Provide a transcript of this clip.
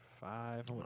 five